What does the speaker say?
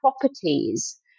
properties